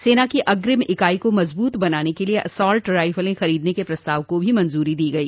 सेना की अग्रिम इकाई को मजबूत बनाने के लिए असॉल्ट राइफलें खरीदने के प्रस्ताव को भी मंजूरी दी गई